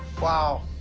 wow.